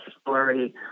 story